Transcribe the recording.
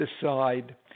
decide